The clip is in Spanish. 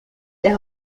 las